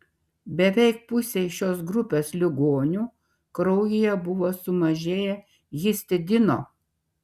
beveik pusei šios grupės ligonių kraujyje buvo sumažėję histidino